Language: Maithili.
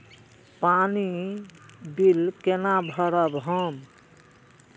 पानी बील केना भरब हम?